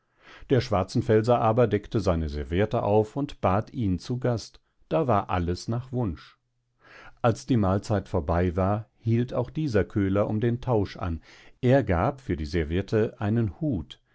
der schwarzenfelser aber deckte seine serviette auf und bat ihn zu gast da war alles nach wunsch als die mahlzeit vorbei war hielt auch dieser köhler um den tausch an er gab für die serviette einen hut